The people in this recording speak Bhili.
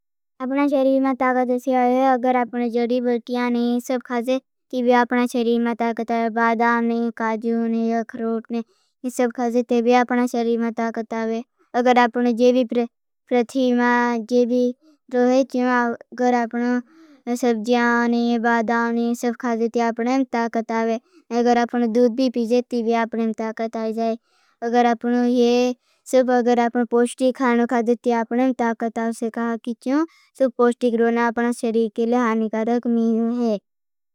अपना शरीब में ताकत आवे अगर आपने जड़ी बटिया नहीं सब खाजे। ते भी अपना शरीब में ताकत आवे। बादाम नही काजू नहीं अक्रोट नहीं सब खाजे। ते भी अपना शरीब में ताकत आवे। अगर आपने जड़ी में जड़ी नहीं सब खाजे। ते भी अपने शरीब में ताकत आवे। अगर आपने दुद भी पीजे ते भी अपने शरीब में ताकत आवे। अगर आपने पोष्टिक खाणों खाजे। ते भी अपने शरीब में ताकत आवे। सब पोष्टी क्रोट नहीं अपना शरीब के लिए हानिकारक है।